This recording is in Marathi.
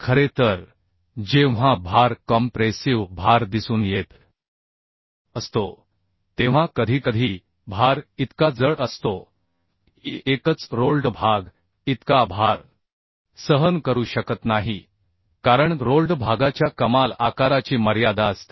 खरे तर जेव्हा भार कॉम्प्रेसिव भार दिसून येत असतो तेव्हा कधीकधी भार इतका जड असतो की एकच रोल्ड भाग इतका भार सहन करू शकत नाही कारण रोल्ड भागाच्या कमाल आकाराची मर्यादा असते